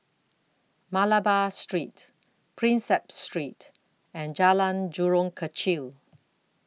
Malabar Street Prinsep Street and Jalan Jurong Kechil